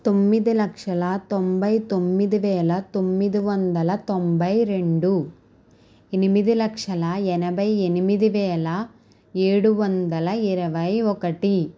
తొమ్మిది లక్షల తొంభై తొమ్మిది వేల తొమ్మిది వందల తొంభై రెండు ఎనిమిది లక్షల ఎనభై ఎనిమిది వేల ఏడు వందల ఇరవై ఒకటి